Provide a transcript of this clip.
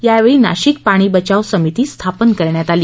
यावेळी नाशिक पाणी बचाव समिती स्थापन करण्यात आली